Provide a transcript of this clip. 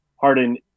Harden